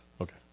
Okay